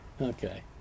Okay